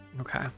Okay